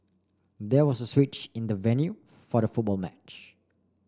there was a switch in the venue for the football match